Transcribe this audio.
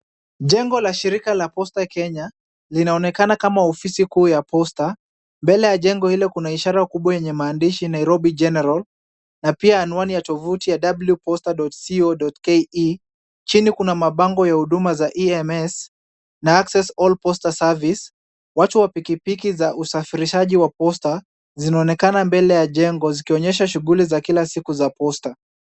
Jengo la shirika la Posta Kenya, linaonekana kama ofisi kuu ya Posta, mbele ya jengo hilo kuna ishara kubwa yenye maandishi Nairobi General na pia tovuti ya www.posta.co.ke , chini kuna mabango ya huduma za EMS na access all posta services watu wa pikipiki za usafirishaji wa posta zinaonekana mbele ya jengo zikionyesha shughuli za kila siku za posta.